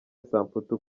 samputu